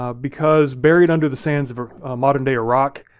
um because, buried under the sands of modern day iraq,